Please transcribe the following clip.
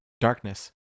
darkness